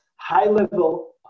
high-level